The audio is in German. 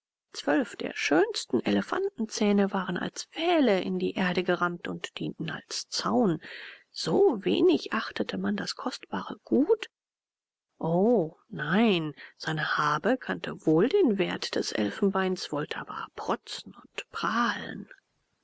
zwölf der schönsten elefantenzähne waren als pfähle in die erde gerammt und dienten als zaun so wenig achtete man das kostbare gut o nein sanhabe kannte wohl den wert des elfenbeins wollte aber protzen und prahlen